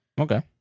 okay